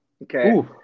Okay